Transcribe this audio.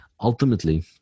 ultimately